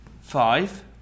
Five